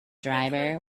driver